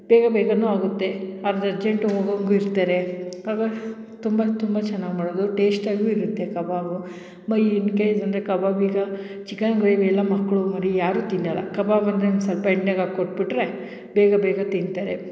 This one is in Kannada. ಬೇಗ ಬೇಗನೂ ಆಗುತ್ತೆ ಅರ್ಜೆಂಟು ಹೋಗೋಂಗೂ ಇರ್ತಾರೆ ಆಗ ತುಂಬ ತುಂಬ ಚೆನ್ನಾಗಿ ಮಾಡೋದು ಟೇಶ್ಟಾಗೂ ಇರುತ್ತೆ ಕಬಾಬು ಬೈ ಇನ್ ಕೇಸ್ ಅಂದರೆ ಕಬಾಬ್ ಈಗ ಚಿಕನ್ ಗ್ರೇವಿಯಲ್ಲ ಮಕ್ಕಳು ಮರಿ ಯಾರೂ ತಿನ್ನೋಲ್ಲ ಕಬಾಬ್ ಅಂದರೆ ಒಂದು ಸ್ವಲ್ಪ ಎಣ್ಣೆಗೆ ಹಾಕಿ ಕೊಟ್ಬಿಟ್ಟರೆ ಬೇಗ ಬೇಗ ತಿಂತಾರೆ